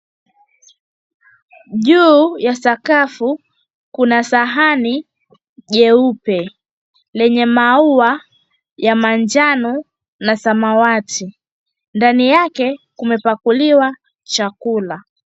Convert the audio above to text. Juu ya sakafu kuna sahani jeupe lenye maua ya manjano na samawati. Ndani yake kumepakuliwa chakula.